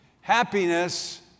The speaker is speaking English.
Happiness